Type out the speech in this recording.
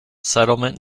settlement